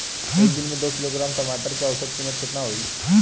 एक दिन में दो किलोग्राम टमाटर के औसत कीमत केतना होइ?